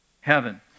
Heaven